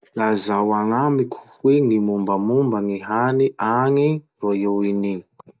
Lazao agnamiko hoe gny mombamomba gny hany agny Royaume-Uni?